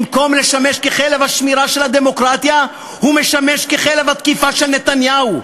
במקום לשמש כלב השמירה של הדמוקרטיה הוא משמש כלב התקיפה של נתניהו,